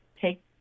take